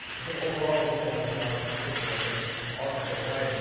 but then overall, looking at the economic picture, i think austin said it right. i mean